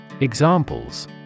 Examples